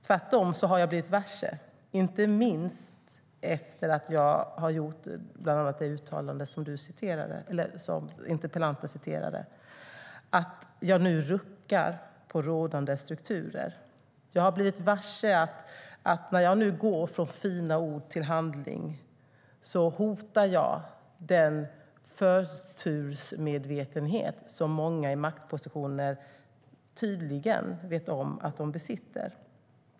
Tvärtom har jag blivit varse - inte minst efter att jag har gjort bland annat det uttalande som interpellanten citerade - att jag nu ruckar på rådande strukturer. Jag har blivit varse att när jag nu går från fina ord till handling hotar jag den förtursmedvetenhet som många i maktpositioner tydligen vet att de besitter.